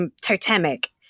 totemic